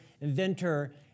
inventor